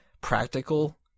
practical